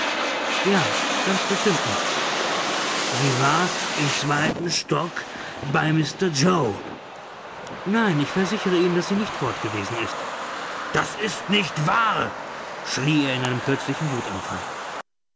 ja ganz bestimmt nicht sie war im zweiten stock bei mr yoe nein ich versichere ihnen daß sie nicht fortgewesen ist das ist nicht wahr schrie er in einem plötzlichen wutanfall